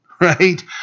right